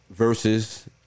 Versus